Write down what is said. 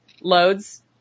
loads